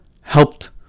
helped